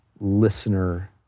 listener